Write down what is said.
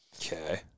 Okay